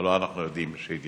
הלוא אנחנו יודעים שהיא תסתיים: